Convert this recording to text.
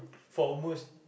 for almost